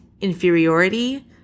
inferiority